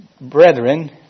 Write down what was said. Brethren